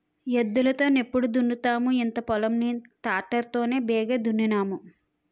ఎద్దులు తో నెప్పుడు దున్నుదుము ఇంత పొలం ని తాటరి తోనే బేగి దున్నేన్నాము